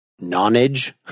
nonage